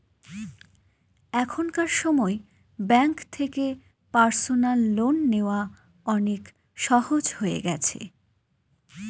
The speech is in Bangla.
এখনকার সময় ব্যাঙ্ক থেকে পার্সোনাল লোন নেওয়া অনেক সহজ হয়ে গেছে